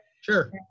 Sure